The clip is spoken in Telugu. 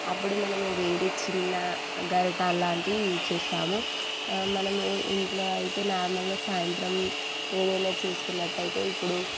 అప్పుడు మనము వేరే చిన్న గరిటెలు లాంటివి యూజ్ చేస్తాము మనము ఇంట్లో అయితే నార్మల్గా సాయంత్రం ఏదైనా చేసుకున్నట్టు అయితే ఇప్పుడు